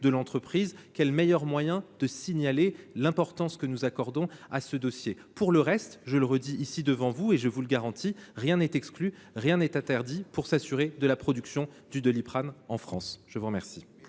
de l’entreprise. Quel meilleur moyen de signaler l’importance que nous accordons à ce dossier ? Pour le reste, je le redis ici devant vous et je vous le garantis : rien n’est exclu et rien n’est interdit pour s’assurer de la production du Doliprane en France. La parole